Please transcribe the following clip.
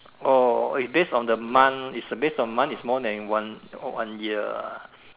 oh is based on the month is based on the month is more than one one year ah